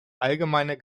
allgemeiner